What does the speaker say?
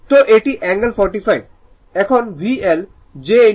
তো এটি angle 45o এখন VL j XL